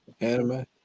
Anime